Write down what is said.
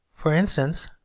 for instance,